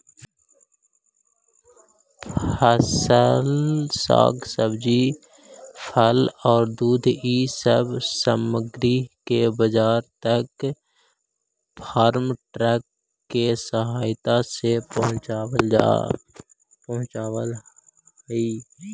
फसल, साग सब्जी, फल औउर दूध इ सब सामग्रि के बाजार तक फार्म ट्रक के सहायता से पचावल हई